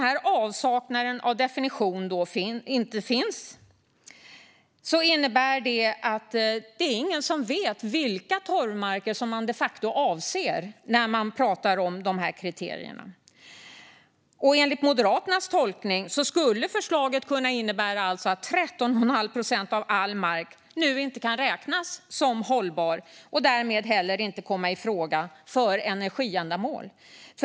Jo, avsaknaden av definition innebär att ingen vet vilka torvmarker man de facto avser när man pratar om dessa kriterier. Enligt Moderaternas tolkning skulle förslaget alltså kunna innebära att 13 1⁄2 procent av all mark nu inte kan räknas som hållbar och därmed inte heller kan komma i fråga för energiändamål.